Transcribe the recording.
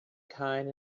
kind